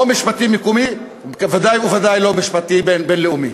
לא משפטי מקומי, ודאי וודאי לא משפטי בין-לאומי.